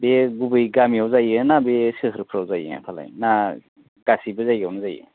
बेयो गुबै गामियाव जायो ना बेयो सोहोरफ्रािव जायो फालाय ना गासिबो जायगायावनो जायो